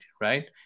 right